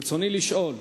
רצוני לשאול: